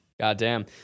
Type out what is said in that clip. Goddamn